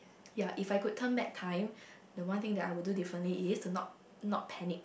ya if I could turn back time the one thing that I would do differently is to not not panic